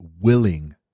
willing